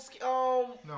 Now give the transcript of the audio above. no